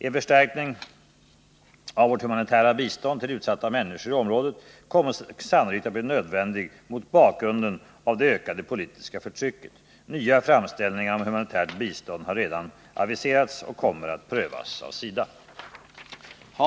En förstärkning av vårt humanitära bistånd till utsatta människor i området kommer sannolikt att bli nödvändig mot bakgrund av det ökade politiska förtrycket. Nya framställningar om humanitärt bistånd har redan aviserats och kommer att prövas av SIDA.